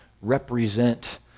represent